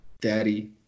daddy